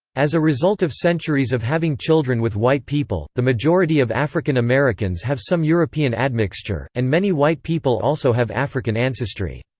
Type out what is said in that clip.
as a result of centuries of having children with white people, the majority of african americans have some european admixture, and many white people also have african ancestry.